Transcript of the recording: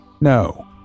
No